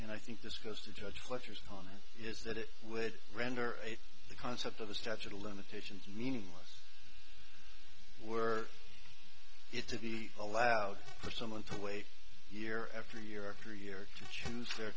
and i think this goes to judge letters on it is that it would render the concept of the statute of limitations meaningless were it to be allowed for someone to wait year after year after year to choose their